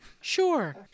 sure